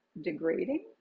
degrading